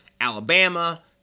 Alabama